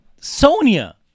Sonia